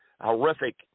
horrific